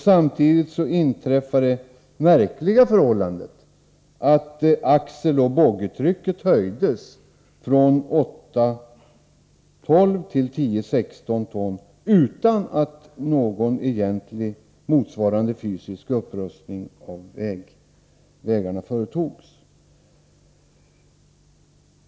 Samtidigt inträffade det på sitt sätt märkliga förhållandet att axeloch boggietrycket höjdes från 8 16 ton utan att någon egentlig motsvarande fysisk upprustning av vägarna företogs.